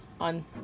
on